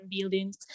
buildings